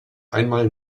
einmal